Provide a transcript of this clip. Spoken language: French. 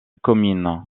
comines